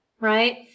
right